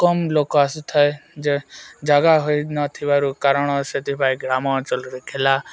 କମ୍ ଲୋକ ଆସିୁଥାଏ ଯେ ଜାଗା ହୋଇନଥିବାରୁ କାରଣ ସେଥିପାଇଁ ଗ୍ରାମ ଅଞ୍ଚଲରେ ଖେଲା